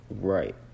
Right